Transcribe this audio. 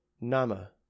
Nama